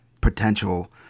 potential